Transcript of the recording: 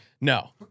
No